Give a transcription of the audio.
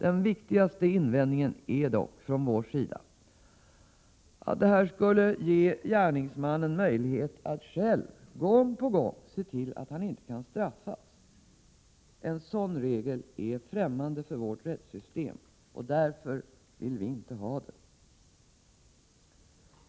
Den viktigaste invändningen är dock från vår sida att detta ger gärningsmannen möjlighet att själv gång på gång se till att han inte kan straffas. En sådan regel är främmande för vårt rättssystem, och därför vill vi inte ha den.